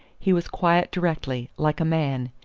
he was quiet directly, like a man,